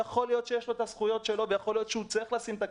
יכול להיות שיש לו את הזכויות שלו ויכול להיות שהוא יצטרך לשים את הכסף,